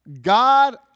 God